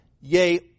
Yea